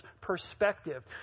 perspective